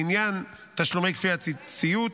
לעניין תשלומי כפיית ציות,